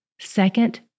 Second